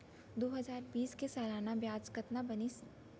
दू हजार बीस के सालाना ब्याज कतना बनिस?